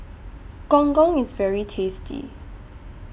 Gong Gong IS very tasty